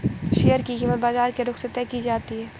share की कीमत बाजार के रुख से तय की जाती है